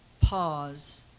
pause